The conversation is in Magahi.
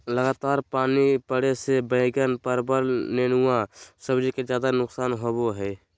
लगातार पानी पड़े से बैगन, परवल, नेनुआ सब्जी के ज्यादा नुकसान होबो हइ